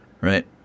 Right